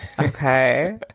okay